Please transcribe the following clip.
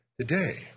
today